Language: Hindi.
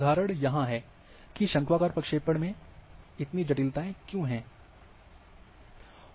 उदाहरण यहां हैं कि शंक्वाकार प्रक्षेपण के साथ ये इतनी जटिलताएं क्यों हैं